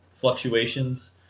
fluctuations